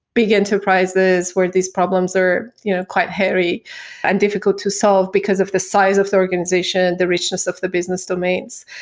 big enterprises where these problems are you know quite hairy and difficult to solve because of the size of the organization, the richness of the business domains.